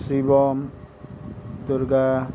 Shivam Durga